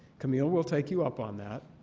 camille, we'll take you up on that.